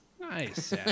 Nice